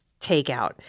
takeout